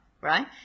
right